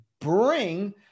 bring